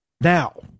Now